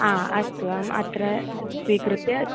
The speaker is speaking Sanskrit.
अस्तु अहम् अत्र स्वीकृत्य